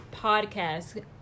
podcast